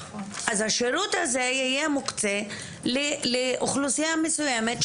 אז השירות הזה יהיה מוקצה לאוכלוסייה מסויימת,